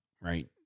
right